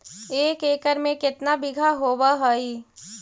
एक एकड़ में केतना बिघा होब हइ?